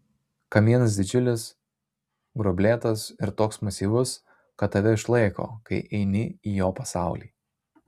kamienas didžiulis gruoblėtas ir toks masyvus kad tave išlaiko kai įeini į jo pasaulį